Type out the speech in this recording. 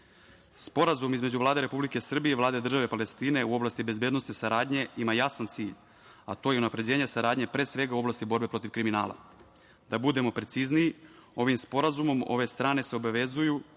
sporazum. Sporazum između Vlade Republike Srbije i Vlade države Palestine u oblasti bezbednosne saradnje ima jasan cilj, a to je unapređenje saradnje pre svega u oblasti borbe protiv kriminala. Da budemo precizniji, ovim sporazumom ove strane se obavezuju